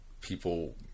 people